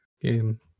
game